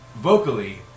vocally